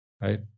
right